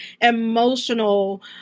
emotional